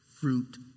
fruit